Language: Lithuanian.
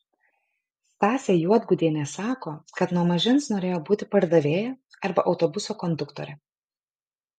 stasė juodgudienė sako kad nuo mažens norėjo būti pardavėja arba autobuso konduktore